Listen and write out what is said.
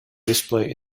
display